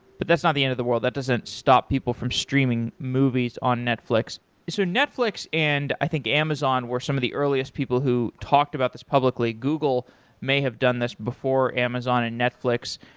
but that's not the end of the world. that doesn't stop people from streaming movies on netflix so netflix and i think amazon were some of the earliest people who talked about this publicly. google may have done this before amazon and netflix.